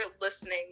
listening